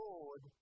Lord